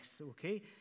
okay